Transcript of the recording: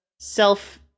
self